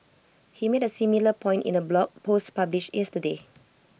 he made A similar point in A blog post published yesterday